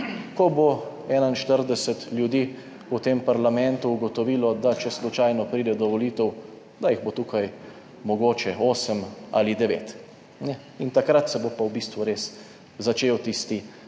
ko bo 41 ljudi v tem parlamentu ugotovilo, da če slučajno pride do volitev, da jih bo tukaj mogoče 8 ali 9 in takrat se bo pa v bistvu res začel tisti